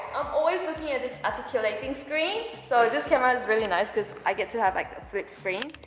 i'm always looking at this articulating screen, so this camera is really nice because i get to have like a flip screen.